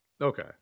Okay